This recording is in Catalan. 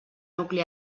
nucli